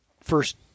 first